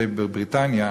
בבריטניה,